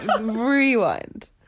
rewind